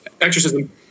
Exorcism